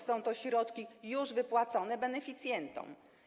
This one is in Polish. Są to środki już wypłacone beneficjentom.